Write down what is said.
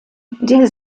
der